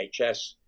NHS